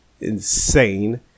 insane